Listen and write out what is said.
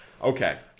Okay